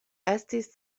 estis